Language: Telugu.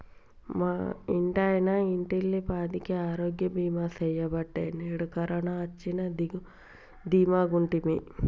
మా ఇంటాయన ఇంటిల్లపాదికి ఆరోగ్య బీమా సెయ్యబట్టే నేడు కరోన వచ్చినా దీమాగుంటిమి